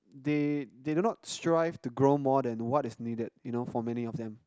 they they do not strive to grow more than what is needed you know for many of them